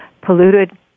polluted